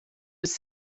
was